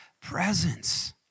presence